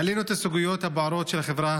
העלינו את הסוגיות הבוערות של החברה